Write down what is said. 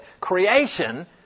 Creation